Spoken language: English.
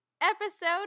episode